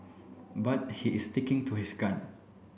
but he is sticking to his gun